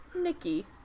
Nikki